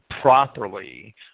properly